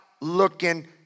looking